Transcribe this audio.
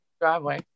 Driveway